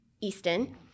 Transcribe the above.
Easton